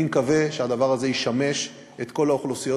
אני מקווה שהדבר הזה ישמש את כל האוכלוסיות.